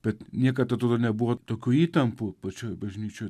bet niekad atrodo nebuvo tokių įtampų pačioj bažnyčioj